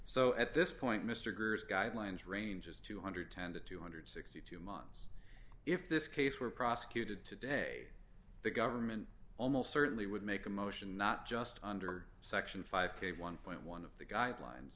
so at this point mr groos guidelines range is two hundred and twelve thousand two hundred and sixty two months if this case were prosecuted today the government almost certainly would make a motion not just under section five k one point one of the guidelines